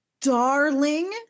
darling